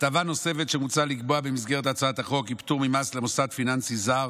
הטבה נוספת שמוצע לקבוע במסגרת הצעת החוק היא פטור ממס למוסד פיננסי זר